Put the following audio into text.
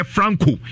Franco